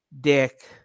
dick